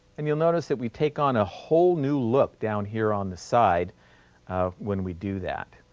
and you'll notice that we take on a whole new look down here on the side um when we do that.